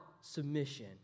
submission